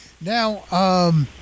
Now